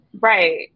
Right